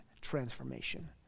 transformation